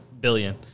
billion